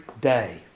day